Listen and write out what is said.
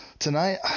Tonight